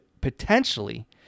potentially